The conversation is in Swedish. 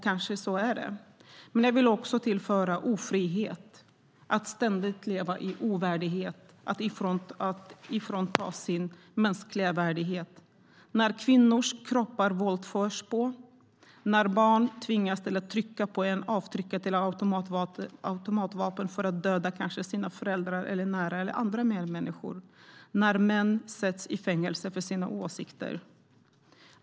Kanske är det så. Men jag vill också lägga till ofrihet, att ständigt leva i ovärdighet och att fråntas sin mänskliga värdighet - när man våldför sig på kvinnors kroppar, när barn tvingas trycka på avtryckaren till ett automatvapen för att kanske döda sina föräldrar, sina nära eller andra medmänniskor och när män sätts i fängelse för sina åsikter.